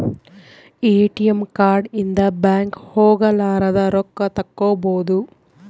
ATM card ಇಂದ bank ಹೋಗಲಾರದ ರೊಕ್ಕ ತಕ್ಕ್ಕೊಬೊದು